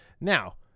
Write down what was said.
Now